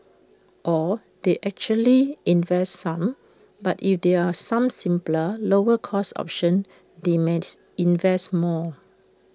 or they actually invest some but if there some simpler lower cost options they may invest more